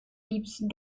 liebsten